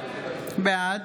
בעד